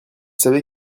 savez